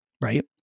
Right